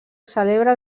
celebra